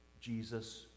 Jesus